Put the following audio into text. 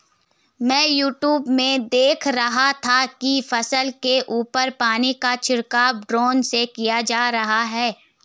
मैं यूट्यूब में देख रहा था कि फसल के ऊपर पानी का छिड़काव ड्रोन से किया जा रहा है